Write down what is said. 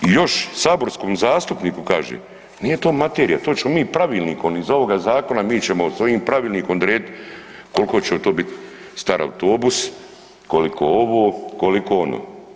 I još saborskom zastupniku kaže, nije to materija to ćemo mi Pravilnikom, iz ovoga zakona mi ćemo svojim Pravilnikom odredit kolko će to bit star autobus, koliko ovo, koliko ono.